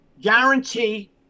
guarantee